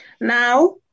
Now